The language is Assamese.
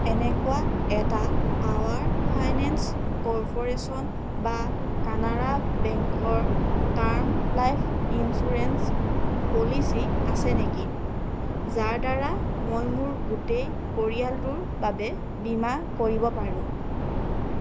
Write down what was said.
এনেকুৱা এটা পাৱাৰ ফাইনেঞ্চ কৰ্প'ৰেশ্যন বা কানাড়া বেংকৰ টাৰ্ম লাইফ ইন্সুৰেঞ্চ পলিচী আছে নেকি যাৰ দ্বাৰা মই মোৰ গোটেই পৰিয়ালটোৰ বাবে বীমা কৰিব পাৰোঁ